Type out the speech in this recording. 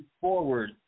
forward